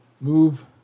Move